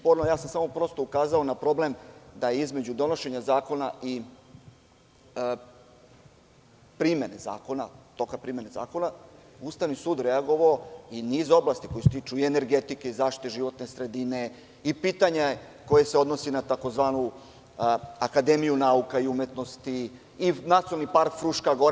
Prosto sam ukazao na problem da između donošenja zakona i primene zakona je Ustavni sud reagovao iz niza oblasti koja se tiču energetike, zašite životne sredine i pitanje koje se odnosi na tzv. Akademiju nauka i umetnosti i Nacionalni park „Fruška Gora“